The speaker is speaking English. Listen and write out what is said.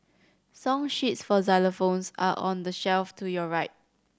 song sheets for xylophones are on the shelf to your right